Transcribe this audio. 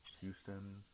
Houston